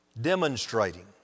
demonstrating